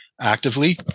actively